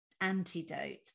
antidote